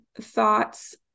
thoughts